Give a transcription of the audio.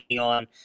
on –